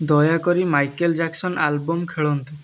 ଦୟାକରି Michael Jackson album ଖେଳନ୍ତୁ